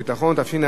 התשע"ב 2012,